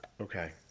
Okay